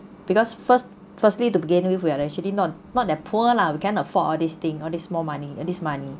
because first firstly to begin with we are actually not not that poor lah we can afford all this thing or this more money ah this money